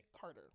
Carter